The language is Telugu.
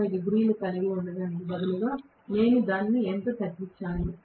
180 డిగ్రీలు కలిగి ఉండటానికి బదులుగా నేను దానిని ఎంత తగ్గించాను